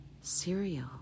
cereal